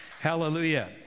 Hallelujah